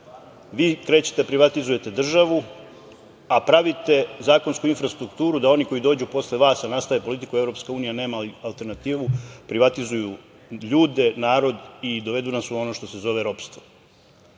vi krećete da privatizujete državu, a pravite zakonsku infrastrukturu da oni koji dođu posle vas i nastave politiku "Evropska unija nema alternativu" privatizuju ljude, narod i dovedu nas u ono što se zove ropstvo. Kada